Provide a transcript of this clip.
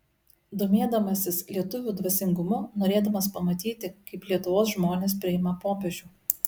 domėdamasis lietuvių dvasingumu norėdamas pamatyti kaip lietuvos žmonės priima popiežių